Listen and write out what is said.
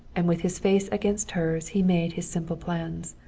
and with his face against hers he made his simple plans.